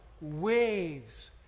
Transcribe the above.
waves